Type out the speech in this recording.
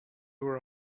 were